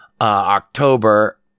October